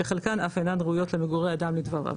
שחלקן אף אינן ראויות למגורי אדם לדבריו.